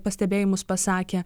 pastebėjimus pasakė